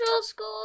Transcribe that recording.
school